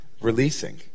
releasing